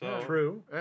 True